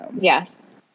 Yes